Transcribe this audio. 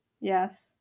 yes